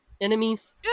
enemies